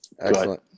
excellent